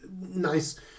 nice